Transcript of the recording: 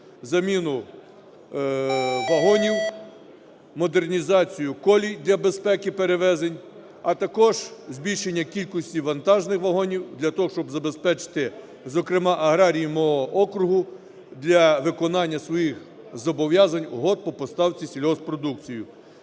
заміну вагонів, модернізацію колій для безпеки перевезень, а також збільшення кількості вантажних вагонів для того, щоб забезпечити, зокрема, аграріїв мого округу для виконання своїх зобов'язань, угод по поставці сільгосппродукції.